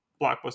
blockbuster